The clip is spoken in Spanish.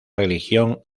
religión